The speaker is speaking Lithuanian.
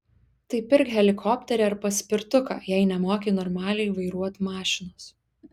tai pirk helikopterį ar paspirtuką jei nemoki normaliai vairuot mašinos